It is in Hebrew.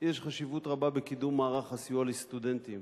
יש חשיבות רבה בקידום מערך הסיוע לסטודנטים.